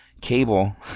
cable